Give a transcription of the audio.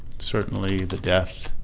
certainly the death